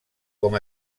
com